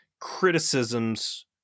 criticisms